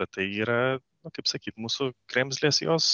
bet tai yra na kaip sakyt mūsų kremzlės jos